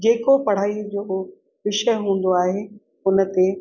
जेको पढ़ाई जो विषय हूंदो आहे उन ते